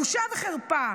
בושה וחרפה.